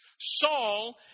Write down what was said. Saul